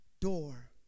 door